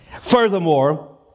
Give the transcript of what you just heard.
Furthermore